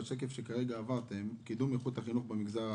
בשקף שהראית עכשיו יש קידום איכות החינוך במגזר הערבי,